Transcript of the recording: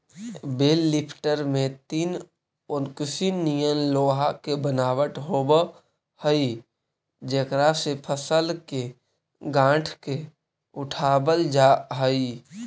बेल lifter में तीन ओंकसी निअन लोहा के बनावट होवऽ हई जेकरा से फसल के गाँठ के उठावल जा हई